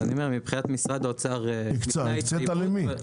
משרד האוצר הקצה את הכסף.